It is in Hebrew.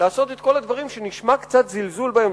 לעשות את כל הדברים שמר אביטל מזלזל בהם,